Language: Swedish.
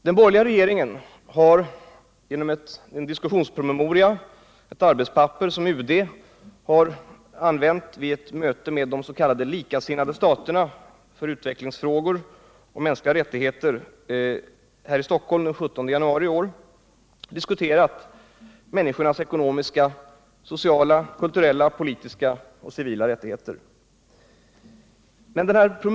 Den borgerliga regeringen har i ett arbetspapper, som UD har använt som diskussionspromemoria vid ett möte för utvecklingsfrågor och mänskliga rättigheter med de s.k. likasinnade staterna här i Stockholm den 17 januari i år, tagit upp människornas ekonomiska, sociala, kulturella, politiska och civila rättigheter till diskussion.